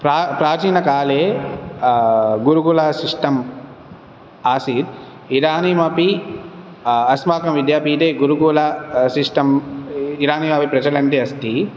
प्रा प्राचीनकाले गुरुकुल सिस्टं आसीत् इदानीमपि अस्माकं विद्यापीटे गुरुकुळ सिस्टं इदानीमपि प्रचलन्ति अस्ति